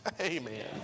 Amen